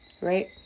right